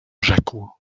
rzekł